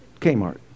Kmart